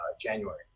january